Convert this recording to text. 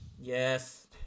Yes